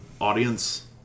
audience